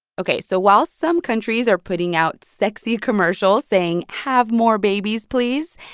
ok. so while some countries are putting out sexy commercials saying have more babies, please,